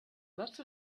lots